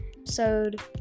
episode